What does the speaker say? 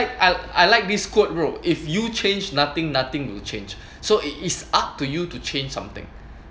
I I like this quote bro if you change nothing nothing will change so it is up to you to change something